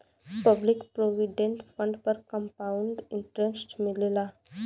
public provident fund पर compound interest मिलला